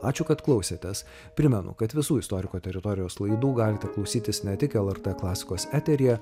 ačiū kad klausėtės primenu kad visų istoriko teritorijos laidų galite klausytis ne tik lrt klasikos eteryje